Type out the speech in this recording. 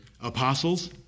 Apostles